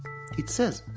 it says,